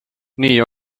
nii